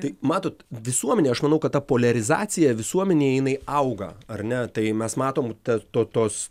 tai matot visuomenė aš manau kad ta poliarizacija visuomenėj jinai auga ar ne tai mes matom ta to tos